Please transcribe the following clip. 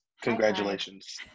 congratulations